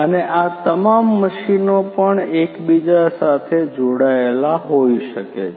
અને આ તમામ મશીનો પણ એકબીજા સાથે જોડાયેલા હોઈ શકે છે